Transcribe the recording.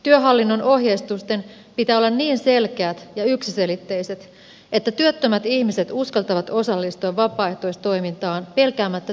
työhallinnon ohjeistusten pitää olla niin selkeät ja yksiselitteiset että työttömät ihmiset uskaltavat osallistua vapaaehtoistoimintaan pelkäämättä työttömyysturvan menetystä